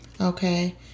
okay